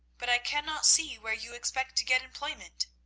but i cannot see where you expect to get employment.